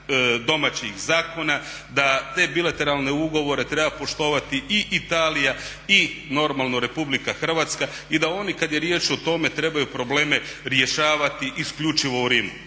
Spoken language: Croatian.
domaćih zakona, da te bilateralne ugovore treba poštovati i Italija, i normalno RH i da oni kad je riječ o tome trebaju probleme rješavati isključivo u Rimu.